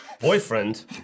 boyfriend